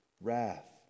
wrath